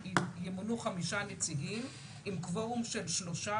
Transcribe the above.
שימונו חמישה נציגים עם קוורום של שלושה,